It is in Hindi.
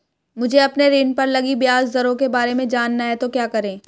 मुझे अपने ऋण पर लगी ब्याज दरों के बारे में जानना है तो क्या करें?